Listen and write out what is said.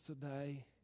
today